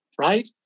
Right